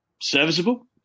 serviceable